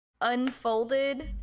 unfolded